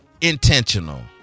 intentional